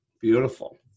Beautiful